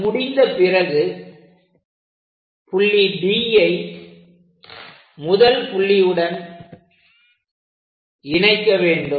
அது முடிந்த பிறகு புள்ளி Dஐ முதல் புள்ளி உடன் இணைக்க வேண்டும்